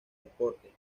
deportes